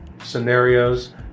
scenarios